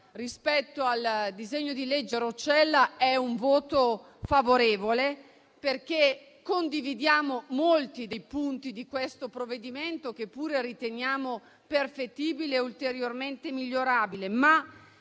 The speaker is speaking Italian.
rispetto al disegno di legge Roccella, sarà un voto favorevole, perché condividiamo molti dei punti di questo provvedimento, che pure riteniamo perfettibile e ulteriormente migliorabile.